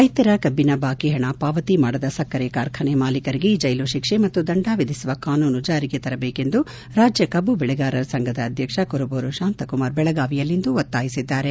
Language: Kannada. ರೈತರ ಕಬ್ಬಿನ ಬಾಕಿ ಪಣ ಪಾವತಿ ಮಾಡದ ಸಕ್ಕರೆ ಕಾರ್ಖಾನೆ ಮಾಲೀಕರಿಗೆ ಜೈಲು ಶಿಕ್ಷೆ ಮತ್ತು ದಂಡ ವಿಧಿಸುವ ಕಾನೂನು ಜಾರಿಗೆ ತರಬೇಕೆಂದು ರಾಜ್ಯ ಕಬ್ಬು ಬೆಳೆಗಾರರ ಸಂಘದ ಅಧ್ಯಕ್ಷ ಕುರುಬುರು ಶಾಂತ ಕುಮಾರ್ ಬೆಳೆಗಾವಿಯಲ್ಲಿಂದು ಒತ್ತಾಯಿಸಿದ್ದಾರೆ